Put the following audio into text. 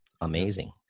amazing